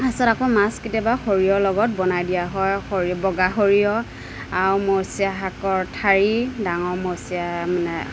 তাৰপিছত আকৌ মাছ কেতিয়াবা সৰিয়হ লগত বনাই দিয়া হয় সৰিয়হ বগা সৰিয়হ আৰু মৰিচা শাকৰ ঠাৰি ডাঙৰ মৰিচা মানে